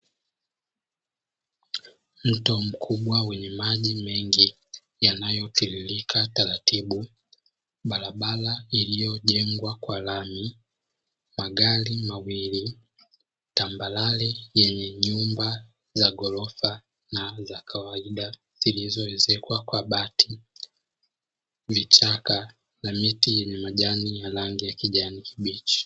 Mto mkubwa wenye maji mengi yanayotiririka taratibu, barabara iliyojengwa kwa lami, magari mawili tambarare yenye nyumba ya ghorofa na zakawaida zilizoezekwa kwa bati, vichaka na miti yenye majani ya rangi ya kijani kibichi.